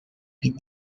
been